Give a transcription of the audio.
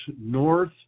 north